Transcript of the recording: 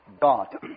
God